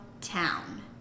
town